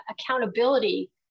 accountability